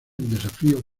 desafío